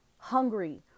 Hungry